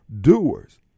doers